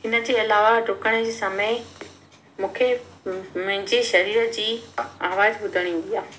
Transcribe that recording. हिन जे अलावा ॾुकण जे समय मूंखे मुंहिंजे शरीर जी आवाजु ॿुधणु ईंदी आहे